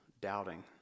doubting